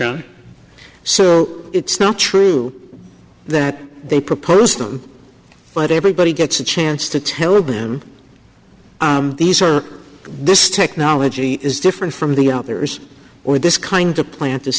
y so it's not true that they proposed them but everybody gets a chance to tell them these are this technology is different from the others or this kind of plant